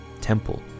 temple